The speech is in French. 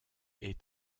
est